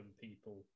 people